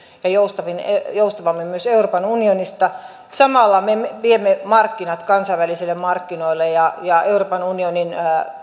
ja joustavammin joustavammin myös euroopan unionista samalla me me viemme markkinat kansainvälisille markkinoille ja ja euroopan unionin